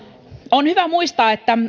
on hyvä muistaa että